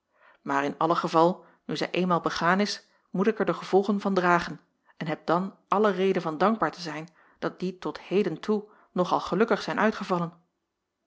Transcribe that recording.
maar in alle geval nu zij eenmaal begaan is moet ik er de gevolgen van dragen en heb dan alle reden van dankbaar te zijn dat die tot heden toe nog al gelukkig zijn uitgevallen